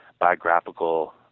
biographical